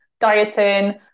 dieting